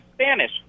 Spanish